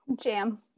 jam